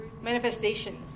manifestation